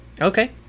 Okay